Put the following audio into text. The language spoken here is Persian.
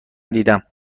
دیدم